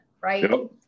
right